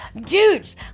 dudes